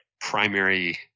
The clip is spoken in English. primary